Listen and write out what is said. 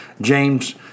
James